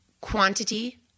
quantity